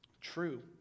true